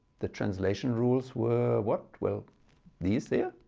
the translation rules were what? well these here.